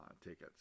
tickets